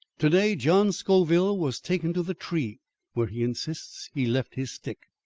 to-day, john scoville was taken to the tree where he insists he left his stick.